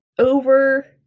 Over